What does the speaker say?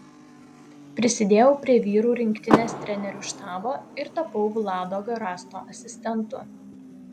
prisidėjau prie vyrų rinktinės trenerių štabo ir tapau vlado garasto asistentu